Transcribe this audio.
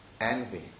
envy